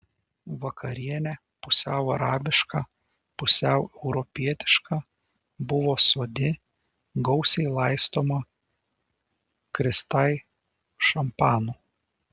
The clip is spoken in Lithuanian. vakarienė pusiau arabiška pusiau europietiška buvo soti gausiai laistoma kristai šampanu